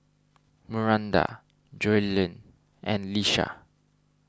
Miranda Joellen and Lisha